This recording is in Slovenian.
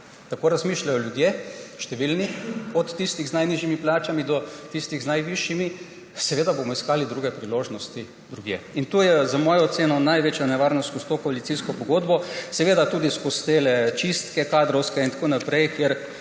tako razmišljajo ljudje, številni, od tistih z najnižjimi plačami do tistih z najvišjimi, bomo seveda iskali druge priložnosti drugje. To je za mojo oceno največja nevarnost skozi to koalicijsko pogodbo. Seveda tudi skozi te kadrovske čistke in tako naprej,